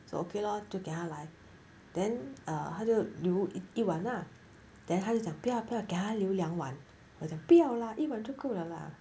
so okay lor 就给他来 then err 他就留一晚啊 then 他就讲不要不要给他留两晚他就不要啦一晚就够了啦